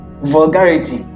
vulgarity